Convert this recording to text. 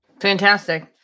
Fantastic